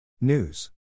News